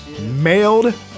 mailed